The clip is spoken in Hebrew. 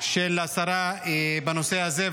של השרה בנושא הזה.